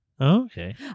okay